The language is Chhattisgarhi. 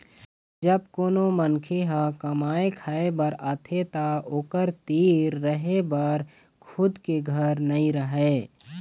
जब कोनो मनखे ह कमाए खाए बर आथे त ओखर तीर रहें बर खुद के घर नइ रहय